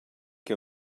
che